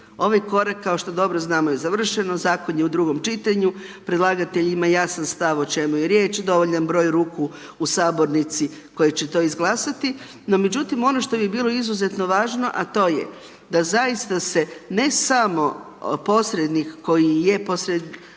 ovaj korak kao što dobro znamo je završeno. Zakon je u drugom čitanju. Predlagatelj ima jasan stav o čemu je riječ. Dovoljan broj ruku u sabornici koji će to izglasati. No međutim, ono što bi bilo izuzetno važno, a to je da zaista se ne samo posrednik koji je posredničko